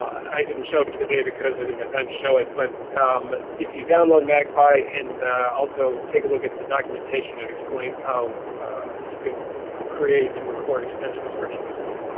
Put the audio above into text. i didn't show it today because i didn't have time to show it. but um if you download magpie and also take a look at the documentation that explains how you can create and record extended descriptions as well.